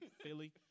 Philly